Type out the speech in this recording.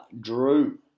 Drew